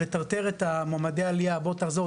ולטרטר את מועמדי העלייה "בוא תחזור,